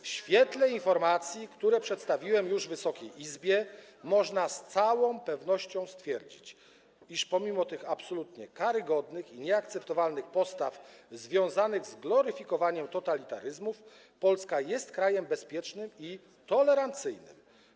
W świetle informacji, które przedstawiłem już Wysokiej Izbie, można z całą pewnością stwierdzić, iż pomimo tych absolutnie karygodnych i nieakceptowalnych postaw związanych z gloryfikowaniem totalitaryzmów Polska jest krajem bezpiecznym i tolerancyjnym.